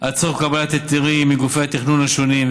והצורך בקבלת היתרים מגופי התכנון השונים,